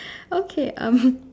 okay um